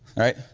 right.